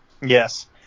Yes